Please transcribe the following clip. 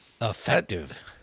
Effective